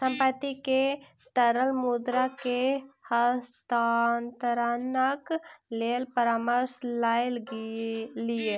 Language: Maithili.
संपत्ति के तरल मुद्रा मे हस्तांतरणक लेल परामर्श लय लिअ